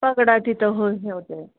पगडा तिथं होऊन हे होत आहे